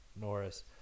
Norris